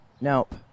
Nope